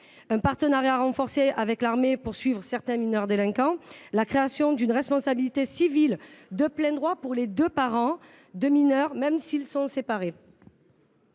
un partenariat renforcé avec l’armée pour suivre certains mineurs délinquants, la création d’une responsabilité civile de plein droit pour les deux parents d’un mineur, même s’ils sont séparés,